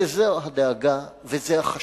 וזו הדאגה וזה החשש.